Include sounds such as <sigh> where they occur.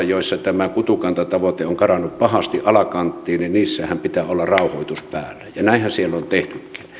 <unintelligible> joissa tämä kutukantatavoite on karannut pahasti alakanttiin pitää olla rauhoitus päällä ja näinhän siellä on